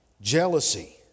jealousy